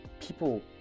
people